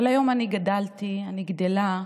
אבל היום אני גדלתי, אני גדלה,